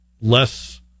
less